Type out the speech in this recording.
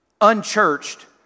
unchurched